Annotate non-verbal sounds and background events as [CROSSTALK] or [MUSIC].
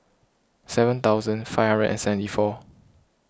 seven thousand five [UNINTELLIGIBLE] seventy four